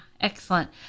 excellent